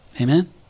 Amen